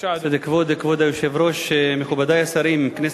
אדוני היושב-ראש, בבקשה,